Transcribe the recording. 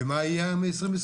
ומה יהיה ב-2022.